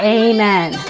amen